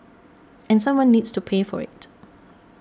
and someone needs to pay for it